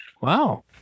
wow